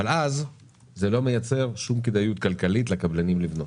אז זה לא מייצג שום כדאיות כלכלית לקבלנים לבנות.